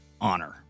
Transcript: honor